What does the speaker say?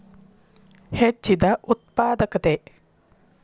ಹೆಚ್ಚಿದ ಉತ್ಪಾದಕತೆ